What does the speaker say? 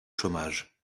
chômage